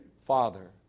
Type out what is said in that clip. father